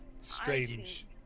strange